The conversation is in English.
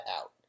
out